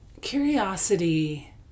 curiosity